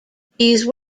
these